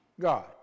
God